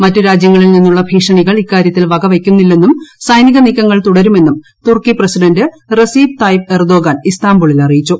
മറ്റു രാജ്യങ്ങളിൽ നിന്നുള്ള ഭീഷണികൾ ഇക്കാര്യത്തിൽ വകവയ്ക്കുന്നില്ലെന്നും സൈനിക നീക്കങ്ങൾ തുടരുമെന്നുംതുർക്കി പ്രസിഡന്ററസീപ് തായ്പ് എർദോഗൻ ഇസ്താംപൂളിൽഅറിയിച്ചു